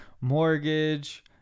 mortgage